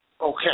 Okay